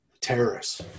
terrorists